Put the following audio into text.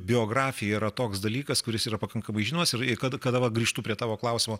biografija yra toks dalykas kuris yra pakankamai žinomas ir kad kada va grįžtu prie tavo klausimo